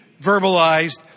verbalized